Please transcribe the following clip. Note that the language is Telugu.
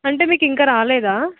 అంటే మీకు ఇంకా రాలేదా